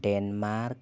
Denmark